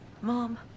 Mom